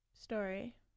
story